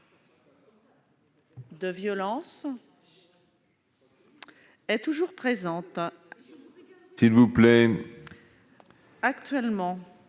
de violence est toujours présente. Actuellement,